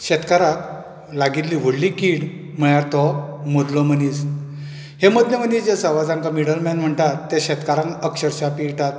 शेतकाराक लागिल्ली व्हडली कीड म्हळ्यार तो मदलो मनीस हे मदले मनीस जे आसात वा जांका मिडल मॅन म्हणतात ते शेतकारांक अक्षरशा पिळटात